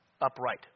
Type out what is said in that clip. upright